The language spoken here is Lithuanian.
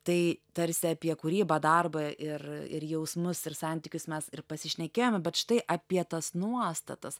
tai tarsi apie kūrybą darbą ir ir jausmus ir santykius mes ir pasišnekėjome bet štai apie tas nuostatas